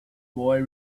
boy